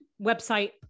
website